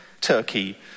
Turkey